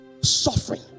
suffering